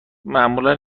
معمولا